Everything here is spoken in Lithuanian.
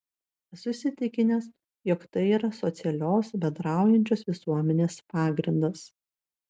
esu įsitikinęs jog tai yra socialios bendraujančios visuomenės pagrindas